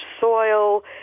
soil